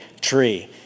tree